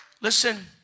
Listen